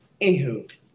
Anywho